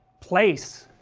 place,